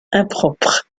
impropre